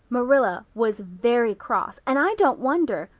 marilla was very cross and i don't wonder.